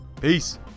peace